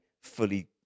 fully